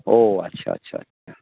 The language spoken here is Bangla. ও আচ্ছা আচ্ছা আচ্ছা